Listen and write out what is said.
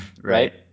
right